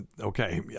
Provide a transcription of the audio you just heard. okay